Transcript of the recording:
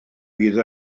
bydd